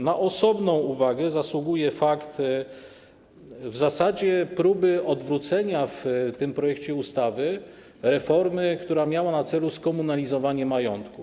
Na osobną uwagę zasługuje w zasadzie próba odwrócenia w tym projekcie ustawy reformy, która miała na celu skomunalizowanie majątku.